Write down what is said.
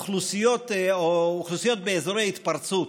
אוכלוסיות באזורי התפרצות,